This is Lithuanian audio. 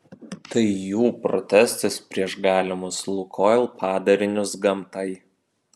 tai jų protestas prieš galimus lukoil padarinius gamtai